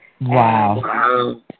Wow